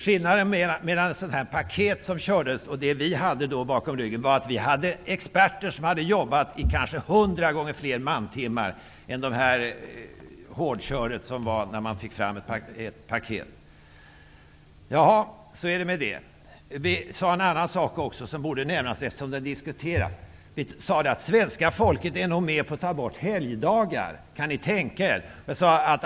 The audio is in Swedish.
Skillnaden mellan det paket som ni körde med och det vi hade bakom ryggen var att vi hade experter till vårt förfogande, som hade jobbat i kanske 100 gånger fler mantimmar än det hårdkör som föregick ert paket. Så är det med det. Vi i Ny demokrati sade också en annan sak som borde nämnas, eftersom den har diskuterats. Vi sade att svenska folket nog är med på att ta bort helgdagar. Kan ni tänka er!